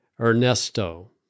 Ernesto